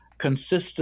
consistent